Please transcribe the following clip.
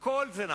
כל זה נכון,